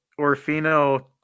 Orfino